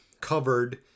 covered